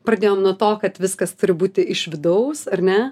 pradėjom nuo to kad viskas turi būti iš vidaus ar ne